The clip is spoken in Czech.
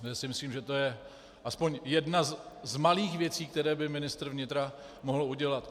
Já si myslím, že to je aspoň jedna z malých věcí, kterou by ministr vnitra mohl udělat.